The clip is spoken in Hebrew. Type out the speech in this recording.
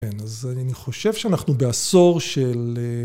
כן, אז אני חושב שאנחנו בעשור של...